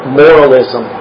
moralism